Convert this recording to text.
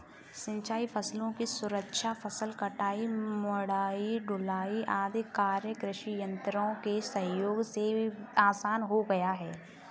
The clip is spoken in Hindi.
सिंचाई फसलों की सुरक्षा, फसल कटाई, मढ़ाई, ढुलाई आदि कार्य कृषि यन्त्रों के सहयोग से आसान हो गया है